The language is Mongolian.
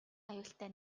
аюултай